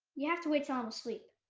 you have to wait till i'm asleep,